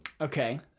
Okay